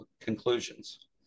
conclusions